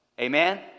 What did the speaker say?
Amen